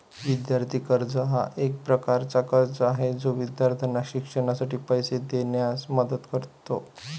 विद्यार्थी कर्ज हा एक प्रकारचा कर्ज आहे जो विद्यार्थ्यांना शिक्षणासाठी पैसे देण्यास मदत करतो